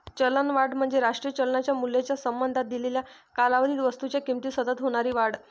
चलनवाढ म्हणजे राष्ट्रीय चलनाच्या मूल्याच्या संबंधात दिलेल्या कालावधीत वस्तूंच्या किमतीत सतत होणारी वाढ